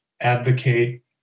advocate